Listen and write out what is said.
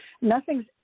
nothing's